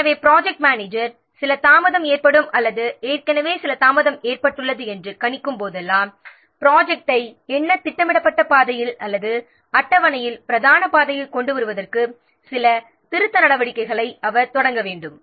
எனவே project manager தாமதம் ஏற்பட்டுள்ளது என்று கணிக்கும் போதெல்லாம் ப்ராஜெக்ட்டை திட்டமிடப்பட்ட பாதையில் அல்லது அட்டவணையில் பிரதான பாதையில் கொண்டு வருவதற்கு சில திருத்த நடவடிக்கைகளை தொடங்க வேண்டும்